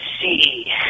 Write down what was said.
see